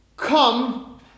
Come